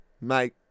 Mate